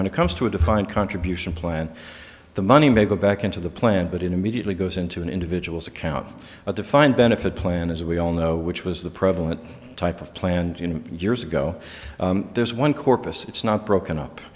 when it comes to a defined contribution plan the money may go back into the plan but it immediately goes into an individual's account a defined benefit plan as we all know which was the prevalent type of plan and you know years ago there's one corpus it's not broken up